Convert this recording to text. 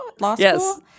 Yes